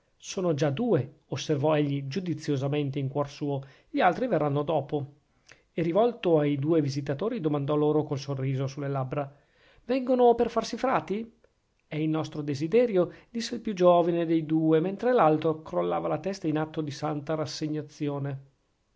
sono già due osservò egli giudiziosamente in cuor suo gli altri verranno dopo e rivolto ai due visitatori domandò loro col sorriso sulle labbra vengono per farsi frati è il nostro desiderio disse il più giovane dei due mentre l'altro crollava la testa in atto di santa rassegnazione